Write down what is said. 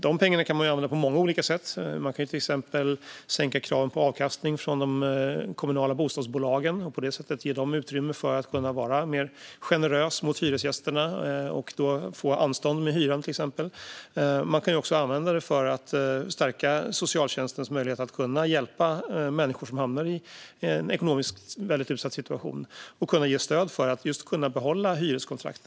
De pengarna kan användas på många olika sätt; till exempel kan man sänka kraven på avkastning i de kommunala bostadsbolagen och på det sättet ge dem utrymme att vara mer generösa mot hyresgästerna, som då kan få anstånd med hyran. Man kan också använda pengarna för att stärka socialtjänstens möjligheter att hjälpa människor som hamnar i en ekonomiskt utsatt situation och ge dem stöd så att de just kan behålla sina hyreskontrakt.